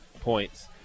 points